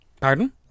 Pardon